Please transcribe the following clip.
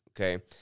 okay